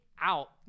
out